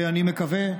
ואני מקווה,